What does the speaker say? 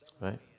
Right